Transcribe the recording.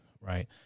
right